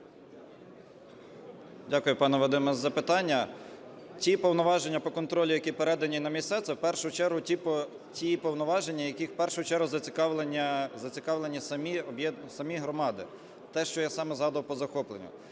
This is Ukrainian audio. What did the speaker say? Дякую, пане Вадиме, за запитання. Ті повноваження по контролю, які передані на місця, це, в першу чергу, ті повноваження, в яких, в першу чергу, зацікавлені самі громади. Те, що я саме згадував по захопленню.